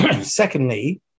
Secondly